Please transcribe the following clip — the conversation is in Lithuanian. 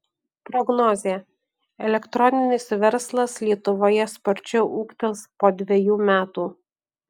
prognozė elektroninis verslas lietuvoje sparčiau ūgtels po dvejų metų